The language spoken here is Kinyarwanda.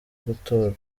gutorwa